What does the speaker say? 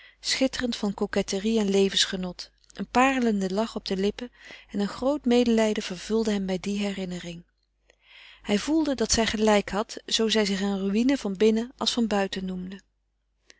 schitterend van coquetterie en levensgenot een parelenden lach op de lippen en een groot medelijden vervulde hem bij die herinnering hij voelde dat zij gelijk had zoo zij zich eene ruïne van binnen als van buiten noemde